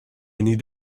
need